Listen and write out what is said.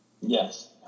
Yes